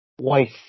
wife